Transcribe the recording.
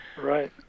Right